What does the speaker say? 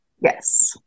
yes